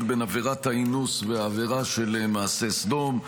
בין עבירת האינוס לעבירה של מעשה סדום,